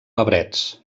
arbrets